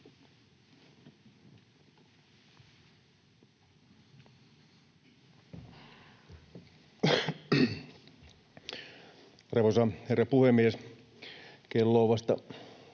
Arvoisa herra puhemies! Kello on vasta